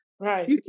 right